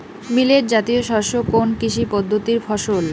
Millet জাতীয় শস্য কোন কৃষি পদ্ধতির ফসল?